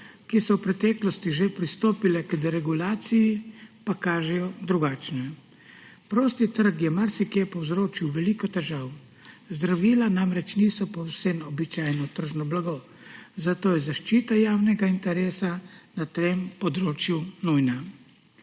ki so v preteklosti že pristopile k deregulaciji, pa kažejo drugačne. Prosti trg je marsikje povzročil veliko težav, zdravila namreč niso povsem običajno tržno blago, zato je zaščita javnega interesa na tem področju nujna.